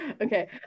Okay